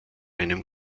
einem